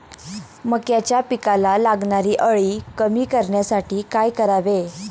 मक्याच्या पिकाला लागणारी अळी कमी करण्यासाठी काय करावे?